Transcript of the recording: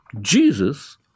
Jesus